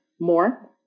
more